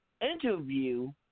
interview